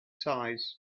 size